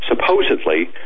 supposedly